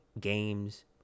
games